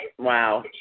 Wow